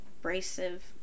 abrasive